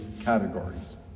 categories